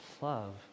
love